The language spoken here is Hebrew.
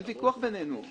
אין ויכוח ביננו,